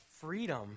freedom